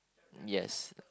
yes